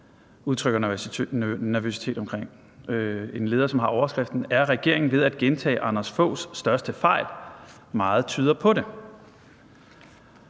udtrykker nervøsitet omkring. Det er en leder, som har overskriften »Er regeringen ved at gentage Anders Foghs største fejl? Meget tyder på det«.